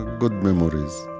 good memories